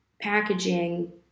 packaging